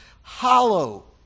hollow